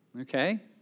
Okay